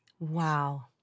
Wow